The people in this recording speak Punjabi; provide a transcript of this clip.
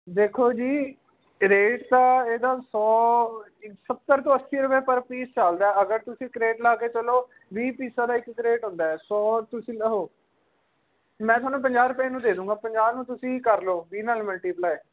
ਦੇਖੋ ਜੀ ਰੇਟ ਤਾਂ ਇਹਦਾ ਸੌ ਸੱਤਰ ਤੋਂ ਅੱਸੀ ਰੁਪਏ ਪਰ ਪੀਸ ਚੱਲਦਾ ਅਗਰ ਤੁਸੀਂ ਕਰੇਟ ਲੱਗਾ ਕੇ ਚੱਲੋ ਵੀਹ ਪੀਸਾਂ ਦਾ ਇੱਕ ਕਰੇਟ ਹੁੰਦਾ ਹੈ ਸੌ ਤੁਸੀਂ ਲਓ ਮੈਂ ਤੁਹਾਨੂੰ ਪੰਜਾਹ ਰੁਪਏ ਨੂੰ ਦੇ ਦਊਂਗਾ ਪੰਜਾਹ ਨੂੰ ਤੁਸੀਂ ਕਰ ਲਓ ਵੀਹ ਨਾਲ ਮਲਟੀਪਲਾਏ